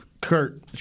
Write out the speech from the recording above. Kurt